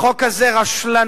החוק הזה רשלני,